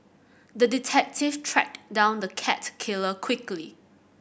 the detective tracked down the cat killer quickly